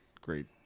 great